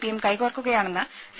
പിയും കൈകോർക്കുകയാണെന്ന് സി